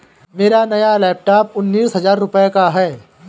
मेरा नया लैपटॉप उन्नीस हजार रूपए का है